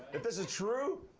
if this is true,